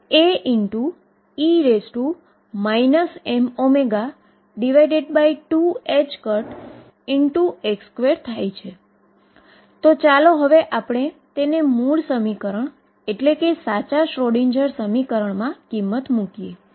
અને જો તે પ્રયોગો સાથે મળતા આવતા હોય તો હવે આ સમીકરણને હલ કરવાનું છે